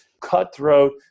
cutthroat